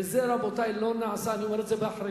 וזה, רבותי, לא נעשה, אני אומר את זה באחריות.